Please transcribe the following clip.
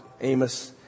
Amos